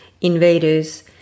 invaders